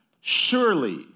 surely